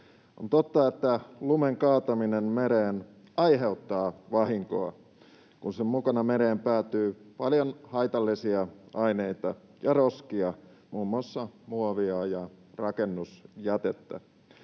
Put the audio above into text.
On totta, että lumen kaataminen mereen aiheuttaa vahinkoa, kun sen mukana mereen päätyy paljon haitallisia aineita ja roskia, muun muassa muovia ja rakennusjätettä.